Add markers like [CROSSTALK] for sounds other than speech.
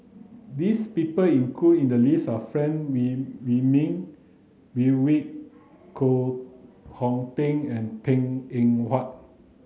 this people included in the list are Frank [UNINTELLIGIBLE] Wilmin Brewer Koh Hong Teng and Png Eng Huat